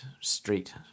street